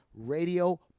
radio